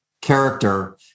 character